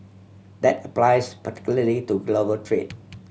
that applies particularly to global trade